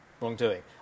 wrongdoing